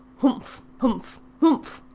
humph! humph! humph!